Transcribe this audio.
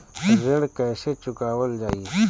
ऋण कैसे चुकावल जाई?